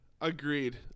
agreed